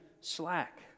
slack